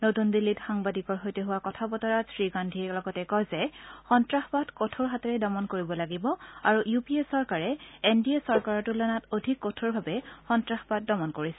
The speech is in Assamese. নতুন দিল্লীত সাংবাদিকৰ সৈতে হোৱা কথা বতৰাত শ্ৰীগান্ধীয়ে লগতে কয় যে সন্ত্ৰাসবাদ কঠোৰ হাতেৰে দমন কৰিব লাগিব আৰু ইউ পি এ চৰকাৰে এন ডি চৰকাৰৰ তূলনাত অধিক কঠোৰভাৱে সন্নাসবাদৰ সন্মুখীন হৈছিল